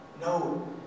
No